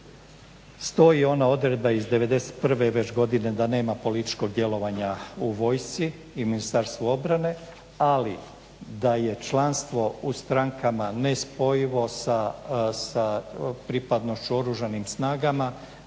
stoji ona odredba iz 91. Već godine da nema političkog djelovanja u vojsci i Ministarstvu obrane ali da je članstvo u strankama nespojivo sa pripadnošću oružanim snagama,